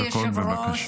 שלוש דקות, בבקשה.